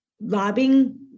lobbying